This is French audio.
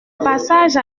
passage